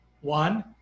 One